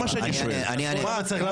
אני אענה לך.